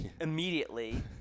immediately